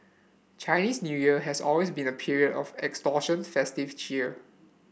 Chinese New Year has always been a period of extortion festive cheer